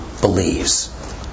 believes